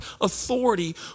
authority